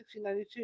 1692